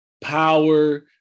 power